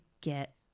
get